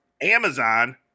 Amazon